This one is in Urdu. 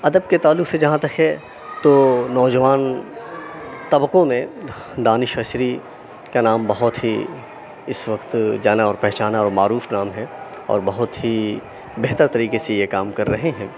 ادب کے تعلق سے جہاں تک ہے تو نوجوان طبقوں میں دانش اثری کا نام بہت ہی اِس وقت جانا اور پہچانا اور معروف نام ہے اور بہت ہی بہتر طریقے سے یہ کام کر رہے ہیں